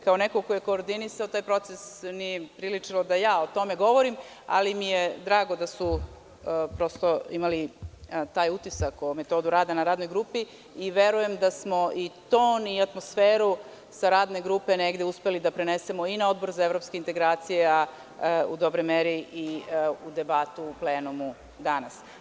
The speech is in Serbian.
Kao neko ko je koordinisao taj proces, nije priličilo da je o tome govorim, ali mi je drago da su imali taj utisak o metodu rada na radnoj grupi i verujem da smo i ton i atmosferu sa radne grupe negde uspeli da prenesemo i na Odbor za evropske integracije, a u dobroj meri i u debatu u plenumu danas.